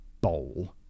bowl